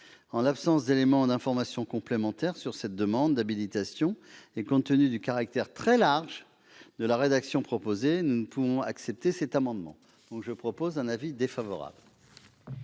En l'absence d'éléments d'information complémentaires sur cette demande d'habilitation, et compte tenu du caractère très large de la rédaction proposée, nous ne pouvons accepter cet amendement. La commission a donc émis un avis défavorable